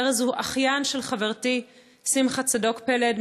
ארז הוא אחיין של חברתי שמחה צדוק פלד,